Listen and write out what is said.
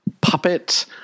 puppet